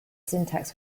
syntax